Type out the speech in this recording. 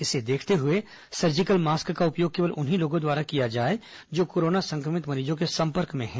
इसे देखते हुए सर्जिकल मास्क का उपयोग केवल उन्हीं लोगों द्वारा किया जाए जो कोरोना संक्रमित मरीजों के संपर्क में हैं